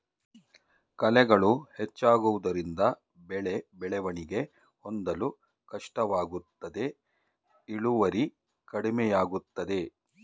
ಕಳೆಗಳು ಹೆಚ್ಚಾಗುವುದರಿಂದ ಬೆಳೆ ಬೆಳವಣಿಗೆ ಹೊಂದಲು ಕಷ್ಟವಾಗುತ್ತದೆ ಇಳುವರಿ ಕಡಿಮೆಯಾಗುತ್ತದೆ